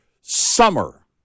summer